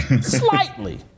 slightly